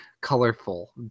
colorful